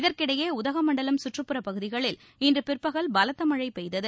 இதற்கிடையே உதகமண்டலம் சுற்றுப்புறப் பகுதிகளில் இன்று பிற்பகல் பலத்த மழை பெய்தது